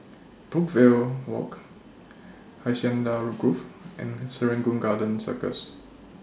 Brookvale Walk Hacienda Grove and Serangoon Garden Circus